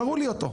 תראו לי אותו,